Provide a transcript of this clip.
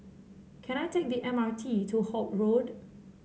can I take the M R T to Holt Road